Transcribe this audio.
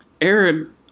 Aaron